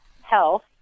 health